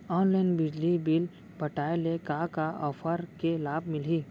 Online बिजली bill पटाय ले का का ऑफ़र के लाभ मिलही?